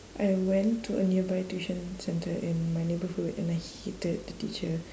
I went to a nearby tuition centre in my neighbourhood and I hated the teacher